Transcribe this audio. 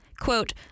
quote